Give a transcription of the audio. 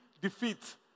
defeat